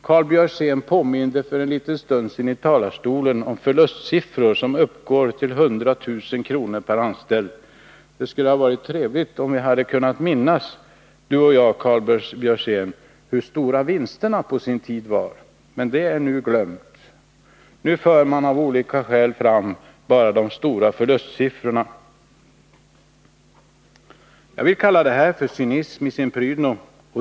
Karl Björzén påminde för en liten stund sedan i talarstolen om förlustsiffror på 100 000 kr. per anställd. Det skulle vara trevligt om Karl Björzén och jag kunde minnas hur stora vinsterna var på den tiden. Men det är nu glömt. Nu anför man av olika skäl bara de stora förlustsiffrorna. Jag vill kalla det här cynism i sin prydno.